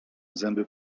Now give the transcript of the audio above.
zęby